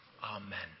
Amen